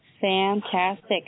Fantastic